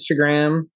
Instagram